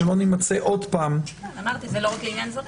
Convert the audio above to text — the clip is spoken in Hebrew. שלא נמצא עוד פעם -- אמרתי שזה לא רק לעניין זרים,